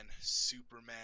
Superman